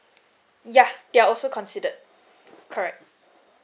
yeah they are also considered correct